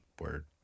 Word